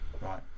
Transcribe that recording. Right